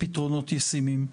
פתרונות ישימים.